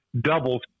doubles